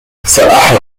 سأحضر